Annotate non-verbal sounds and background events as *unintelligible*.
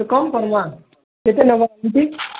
ଯେ କମ୍ କର୍ମା କେତେ ନେବ *unintelligible*